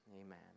Amen